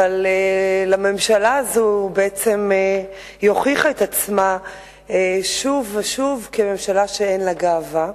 אבל הממשלה הזאת הוכיחה את עצמה שוב ושוב כממשלה שאין לה גאווה.